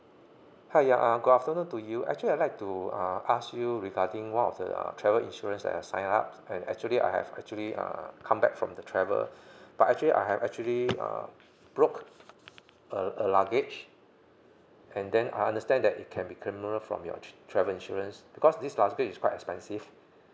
hi um good afternoon to you actually I like to uh ask you regarding one of the uh travel insurance that I signed up and actually I have actually uh come back from the travel but actually I have actually uh broke a a luggage and then I understand that it can be claimable from your travel insurance because this luggage is quite expensive